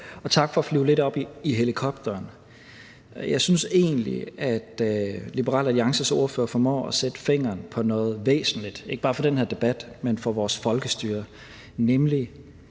og tak for at flyve lidt op i helikopteren. Jeg synes egentlig, at Liberal Alliances ordfører formår at sætte fingeren på noget væsentligt, ikke bare for den her debat, men for vores folkestyre, nemlig